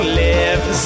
live